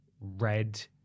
red